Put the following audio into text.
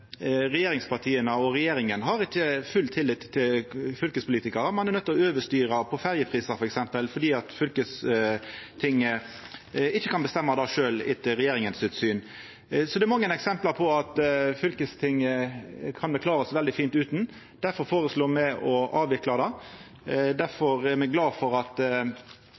regjeringspartia og regjeringa har ikkje full tillit til fylkespolitikarar, ein er nøydd til å overstyra på f.eks. ferjeprisar, fordi fylkestinget ikkje kan bestemma det sjølv etter regjeringa sitt syn. Det er mange eksempel på at me kan klara oss veldig fint utan fylkestinget, derfor føreslår me å avvikla det. Me er glade for at